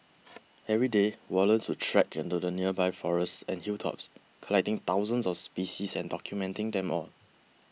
every day Wallace would trek into the nearby forests and hilltops collecting thousands of species and documenting them all